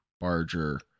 Barger